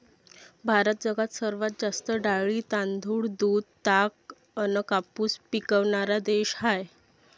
भारत जगात सर्वात जास्त डाळी, तांदूळ, दूध, ताग अन कापूस पिकवनारा देश हाय